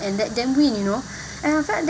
and let them win you know and I felt